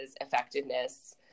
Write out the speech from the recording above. effectiveness